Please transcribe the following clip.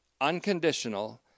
unconditional